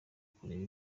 kureba